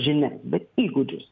žinia bet įgūdžius